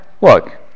Look